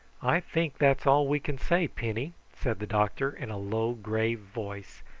i think that's all we can say, penny, said the doctor in a low grave voice,